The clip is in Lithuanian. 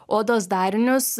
odos darinius